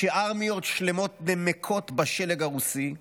כשארמיות שלמות נמקות בשלג הרוסי,